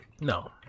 No